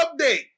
update